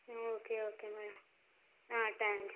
okay okay madam thanks